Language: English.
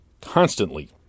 constantly